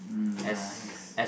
mm nice